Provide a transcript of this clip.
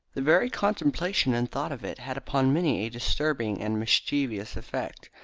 the very contemplation and thought of it had upon many a disturbing and mischievous effect.